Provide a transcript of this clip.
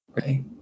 Right